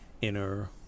inner